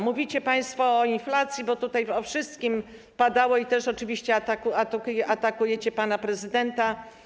Mówicie państwo o inflacji - bo tutaj wszystko padało - i też oczywiście atakujecie pana prezydenta.